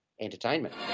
Entertainment